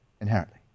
inherently